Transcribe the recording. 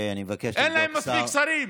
אני מבקש לקרוא לשר.